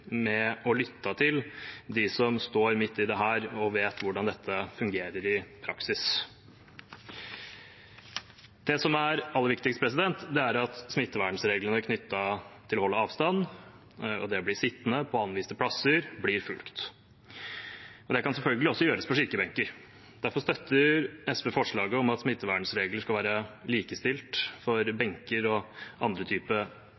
til dem som står midt i dette, og vet hvordan dette fungerer i praksis. Det som er aller viktigst, er at smittevernreglene knyttet til å holde avstand og til det å bli sittende på anviste plasser blir fulgt, og det kan selvfølgelig også gjøres på kirkebenker. Derfor støtter SV forslaget om at smittevernregler skal være likestilt for benker og andre